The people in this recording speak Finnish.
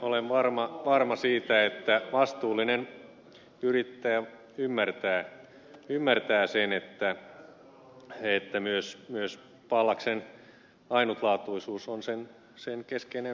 olen varma siitä että vastuullinen yrittäjä ymmärtää sen että myös pallaksen ainutlaatuisuus on sen keskeinen vetovoimatekijä